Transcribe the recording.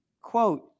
quote